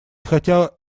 хотя